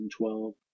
2012